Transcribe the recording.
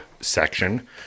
section